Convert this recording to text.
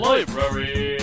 Library